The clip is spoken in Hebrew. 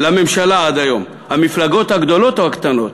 לממשלה, המפלגות הגדולות או הקטנות?